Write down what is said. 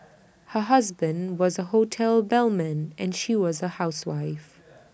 her husband was A hotel bellman and she was A housewife